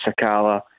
Sakala